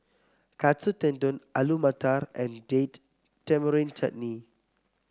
Katsu Tendon Alu Matar and Date Tamarind Chutney